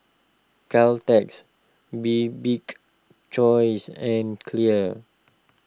Caltex Bibik's Choice and Clear